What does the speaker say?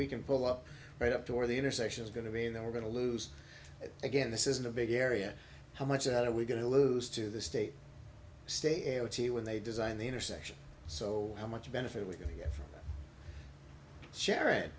we can pull up right up to where the intersection is going to be that we're going to lose it again this isn't a big area how much are we going to lose to the state state when they design the intersection so how much benefit we're going to get from shar